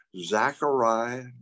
Zechariah